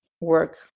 work